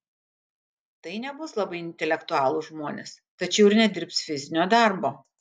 tai nebus labai intelektualūs žmonės tačiau ir nedirbs fizinio darbo